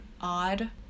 odd